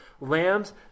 Lambs